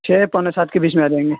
چھ پونے سات کے بیچ میں آ جائیں گے